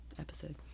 episode